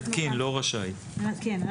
עמוד 16. עמוד 16, מחקר מלווה.